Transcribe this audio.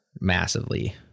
massively